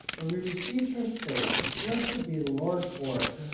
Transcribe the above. where we received her safe. blessed be the lord for it,